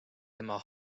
tema